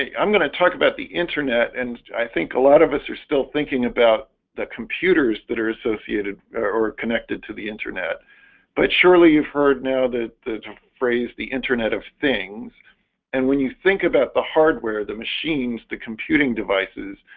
i'm going to talk about the internet and i think a lot of us are still thinking about the computers that are associated or connected to the internet but surely you've heard now that the phrase the internet of things and when you think about the hardware the machines the computing devices?